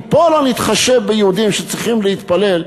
אם פה לא נתחשב ביהודים שצריכים להתפלל,